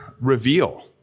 reveal